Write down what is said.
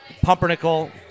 Pumpernickel